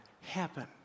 happen